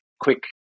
quick